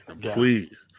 Please